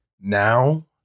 now